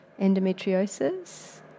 endometriosis